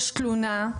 יש תלונה,